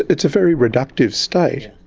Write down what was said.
it's a very reductive state,